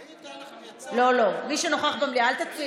אני הייתי כאן, יצאתי.